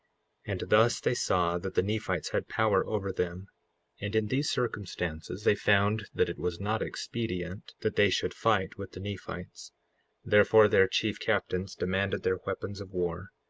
and thus they saw that the nephites had power over them and in these circumstances they found that it was not expedient that they should fight with the nephites therefore their chief captains demanded their weapons of war,